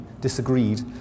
disagreed